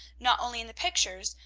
not only in the pictures,